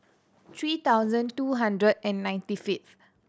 three thousand two hundred and ninety fifth